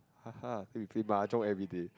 ha ha then we play mahjong everyday